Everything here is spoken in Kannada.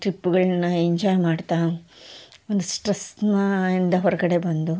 ಟ್ರಿಪ್ಗಳನ್ನ ಎಂಜಾಯ್ ಮಾಡ್ತಾ ಒಂದು ಸ್ಟ್ರೆಸ್ನ ಇಂದ ಹೊರಗಡೆ ಬಂದು